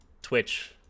Twitch